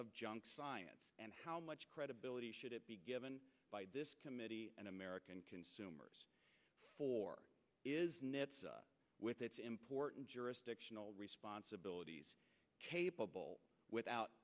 of junk science and how much credibility should it be given by this committee and american consumers for with its important jurisdictional responsibilities capable without